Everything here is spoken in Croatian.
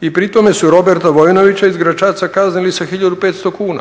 i pri tome su Roberta Vojnovića iz Gračaca kaznili sa 1500 kuna,